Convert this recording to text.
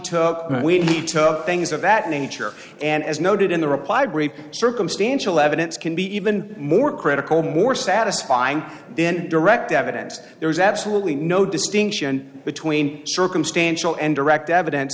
took we need to of things of that nature and as noted in the reply brief circumstantial evidence can be even more critical more satisfying then direct evidence that there is absolutely no distinction between circumstantial and direct evidence